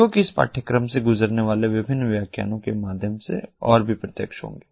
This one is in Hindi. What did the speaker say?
जोकि इस पाठ्यक्रम से गुजरने वाले विभिन्न व्याख्यानों के माध्यम से और भी प्रत्यक्ष होगी